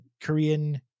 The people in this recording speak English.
Korean